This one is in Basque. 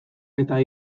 eta